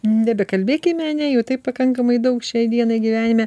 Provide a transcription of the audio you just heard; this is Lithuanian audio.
nebekalbėkime ane jų taip pakankamai daug šiai dienai gyvenime